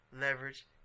leverage